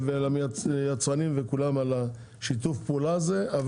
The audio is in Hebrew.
לרפתנים וליצרנים וכולם על שיתוף הפעולה הזה.